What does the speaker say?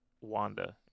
Wanda